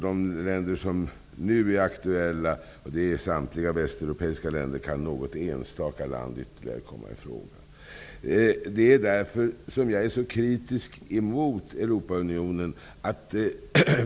De länder som nu är aktuella är samtliga västeuropeiska länder. Utöver dem kan möjligtvis något enstaka land komma i fråga. Det är därför jag är så kritisk mot Europaunionen.